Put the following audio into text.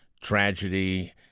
tragedy